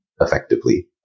effectively